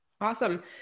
Awesome